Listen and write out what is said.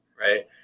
right